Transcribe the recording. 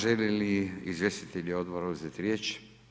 Žele li izvjestitelji Odbora uzeti riječ?